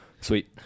Sweet